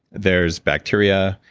there's bacteria.